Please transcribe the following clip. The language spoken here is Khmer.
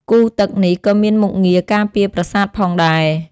គូរទឹកនេះក៏មានមុខងារការពារប្រាសាទផងដែរ។